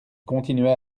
continuait